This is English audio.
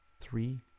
three